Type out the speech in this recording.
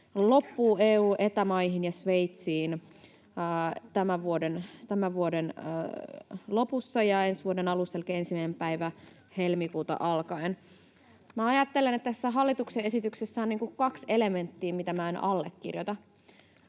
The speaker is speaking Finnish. loppuu EU‑ ja Eta-maihin ja Sveitsiin ensi vuoden alusta elikkä 1. päivä helmikuuta alkaen. Minä ajattelen, että tässä hallituksen esityksessä on kaksi elementtiä, mitä minä en allekirjoita.